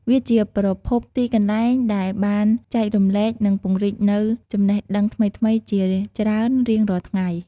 វាជាប្រភពទីកន្លែងដែលបានចែករំលែកនិងពង្រីកនូវចំណេះដឹងថ្មីៗជាច្រើនរៀងរាល់ថ្ងៃ។